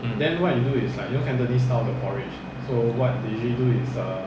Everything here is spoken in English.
then what you do is like you cantonese style porridge for what did he do ah